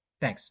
Thanks